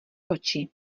oči